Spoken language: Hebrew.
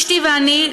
אשתי ואני,